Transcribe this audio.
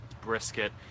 Brisket